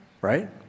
right